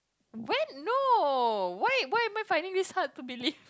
when no wait wait why am I finding this hard to believe